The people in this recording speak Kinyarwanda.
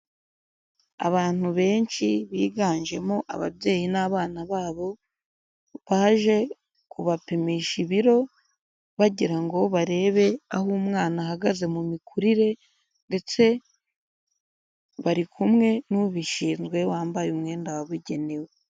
Abantu benshi biganjemo ababyeyi n'abana babo baje kubapimisha ibiro bagira ngo barebe aho umwana ahagaze mu mikurire ndetse bari kumwe n'ubishinzwe wambaye umwenda wabugenewe.